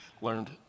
Learned